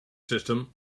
system